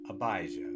Abijah